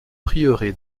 prieuré